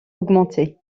augmenter